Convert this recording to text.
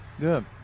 Good